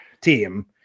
team